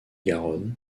garonne